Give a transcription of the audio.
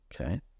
Okay